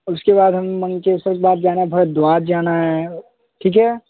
उसके बाद हम मनकेश्वर के बाद जाना है भरद्वाज जाना है ठीक है